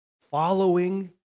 following